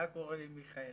אתה קורא לי מיכאל.